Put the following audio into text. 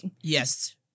Yes